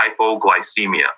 hypoglycemia